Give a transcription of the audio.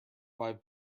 five